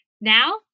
Now